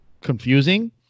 confusing